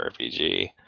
RPG